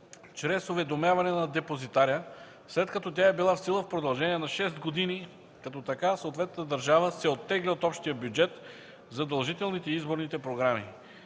чрез уведомяване на депозитаря, след като тя е била в сила в продължение на шест години, като така съответната държава се оттегля от Общия бюджет, задължителните и изборните програми.